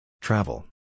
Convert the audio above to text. Travel